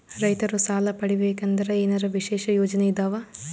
ರೈತರು ಸಾಲ ಪಡಿಬೇಕಂದರ ಏನರ ವಿಶೇಷ ಯೋಜನೆ ಇದಾವ?